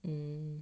mm